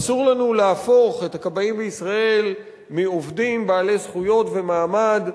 אסור לנו להפוך את הכבאים בישראל מעובדים בעלי זכויות ומעמד,